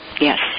Yes